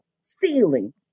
ceiling